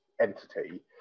entity